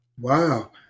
Wow